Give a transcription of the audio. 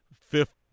Fifth